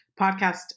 podcast